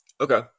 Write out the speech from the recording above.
Okay